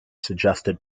suggested